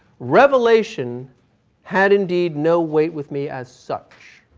revelation had indeed no weight with me as such.